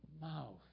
mouth